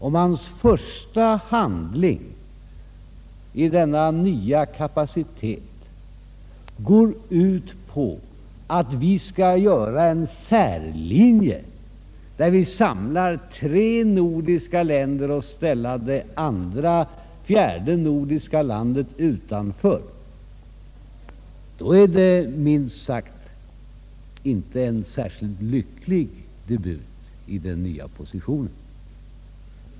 Om hans första handling i denna nya kapacitet går ut på att vi skall ha en särlinje där vi samlar tre nordiska länder medan vi ställer det fjärde nordiska landet utanför, då är det inte en särskilt lycklig debut i den nya positionen.